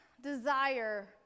desire